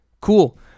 cool